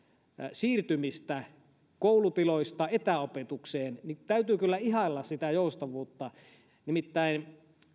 siirtymistä koulutiloista etäopetukseen niin täytyy kyllä ihailla sitä joustavuutta nimittäin